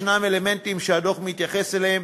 ישנם אלמנטים שהדוח מתייחס אליהם,